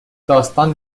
داستان